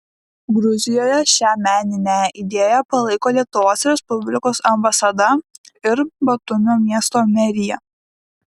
gruzijoje šią meninę idėją palaiko lietuvos respublikos ambasada ir batumio miesto merija